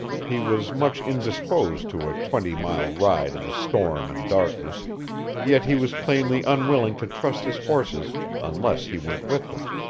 he was much indisposed to a twenty-mile ride in the storm and darkness yet he was plainly unwilling to trust his horses unless he went with them.